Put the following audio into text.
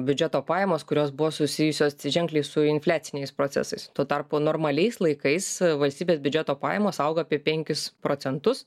biudžeto pajamos kurios buvo susijusios ženkliai su infliaciniais procesais tuo tarpu normaliais laikais valstybės biudžeto pajamos auga apie penkis procentus